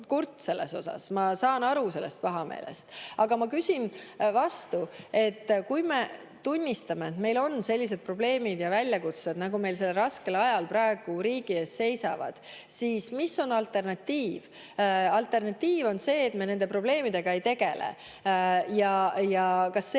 ma saan aru sellest pahameelest. Aga ma küsin vastu: kui me tunnistame, et meil on sellised probleemid ja väljakutsed, nagu meil sellel raskel ajal praegu riigi ees seisavad, siis mis on alternatiiv? Alternatiiv on see, et me nende probleemidega ei tegele. Kas see